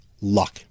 luck